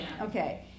Okay